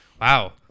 Wow